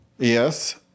Yes